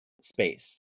space